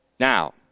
Now